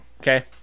Okay